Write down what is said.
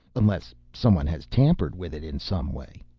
unless someone has tampered with it in some way.